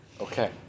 Okay